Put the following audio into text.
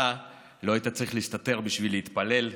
אתה לא היית צריך להסתתר בשביל להתפלל,